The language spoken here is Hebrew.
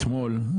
אתמול,